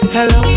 Hello